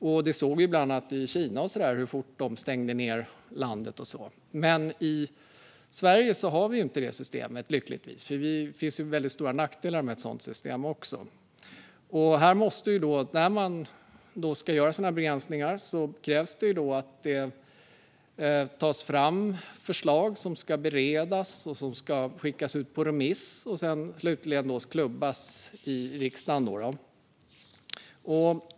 Vi såg ju bland annat i Kina hur fort de stängde ned landet. Men i Sverige har vi inte det systemet, lyckligtvis. Det finns ju också väldigt stora nackdelar med ett sådant system. När man ska göra sådana här begränsningar krävs det att det tas fram förslag som ska beredas, skickas ut på remiss och sedan slutligen klubbas i riksdagen.